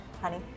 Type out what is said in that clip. honey